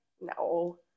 no